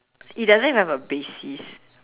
it doesn't even have a basis